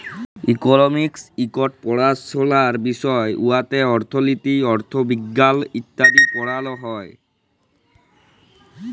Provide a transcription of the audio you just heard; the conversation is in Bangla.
ইকলমিক্স ইকট পাড়াশলার বিষয় উয়াতে অথ্থলিতি, অথ্থবিজ্ঞাল ইত্যাদি পড়াল হ্যয়